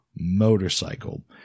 motorcycle